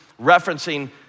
referencing